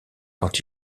quand